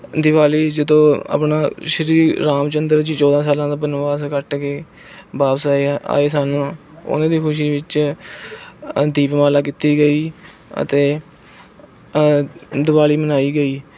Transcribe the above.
ਦਿਵਾਲੀ ਜਦੋਂ ਆਪਣਾ ਸ਼੍ਰੀ ਰਾਮ ਚੰਦਰ ਜੀ ਚੌਦ੍ਹਾਂ ਸਾਲਾਂ ਦਾ ਬਨਵਾਸ ਕੱਟ ਕੇ ਵਾਪਸ ਆਏ ਆਏ ਸਨ ਉਹਨਾਂ ਦੀ ਖੁਸ਼ੀ ਵਿੱਚ ਦੀਪਮਾਲਾ ਕੀਤੀ ਗਈ ਅਤੇ ਦਿਵਾਲੀ ਮਨਾਈ ਗਈ